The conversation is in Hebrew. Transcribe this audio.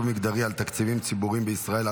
מגדרי על תקציבים ציבוריים בישראל,